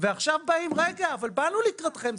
ועכשיו באים ואומרים באנו לקראתכם,